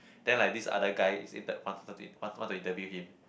then like this other guy is in that want to want to want to interview him